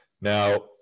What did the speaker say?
Now